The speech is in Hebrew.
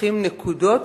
מרוויחים נקודות